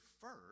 first